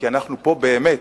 כי אנחנו פה באמת,